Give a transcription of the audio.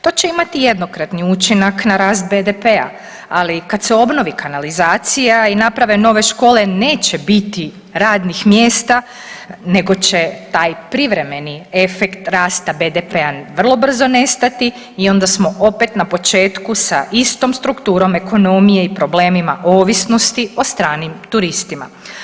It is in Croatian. To će imati jednokratni učinak na rast BDP-a, ali kada se obnovi kanalizacija i naprave nove škole neće biti radnih mjesta nego će taj privremeni efekt rasta BDP-a vrlo brzo nestati i onda smo opet na početku sa istom strukturom ekonomije i problemima ovisnosti o stranim turistima.